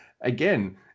Again